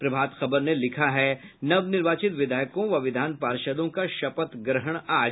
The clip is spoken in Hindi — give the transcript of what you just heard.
प्रभात खबर ने लिखा है नवनिर्वाचित विधायकों व विधान पार्षदों का शपथ ग्रहण आज